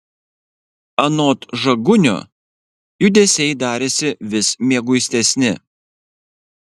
anot žagunio judesiai darėsi vis mieguistesni